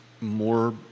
more